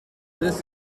this